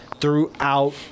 throughout